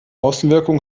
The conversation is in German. außenwirkung